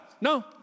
No